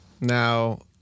now